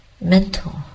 mental